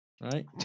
right